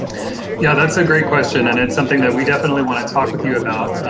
yeah, that's a great question, and it's something that we definitely want to talk with you about.